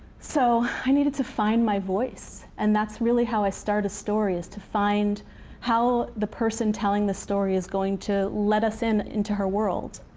so i needed to find my voice. and that's really how i start a story is to find how the person telling the story is going to let us into her world.